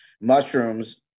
mushrooms